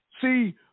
see